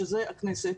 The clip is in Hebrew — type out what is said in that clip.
שזאת הכנסת,